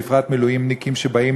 בפרט מילואימניקים שבאים,